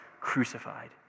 crucified